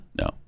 no